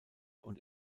und